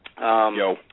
Yo